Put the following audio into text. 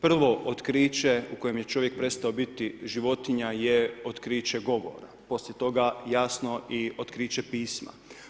Prvo otkriće u kojem je čovjek prestao biti životinja je otkriće govora, poslije toga jasno i otkriće pisma.